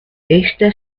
esta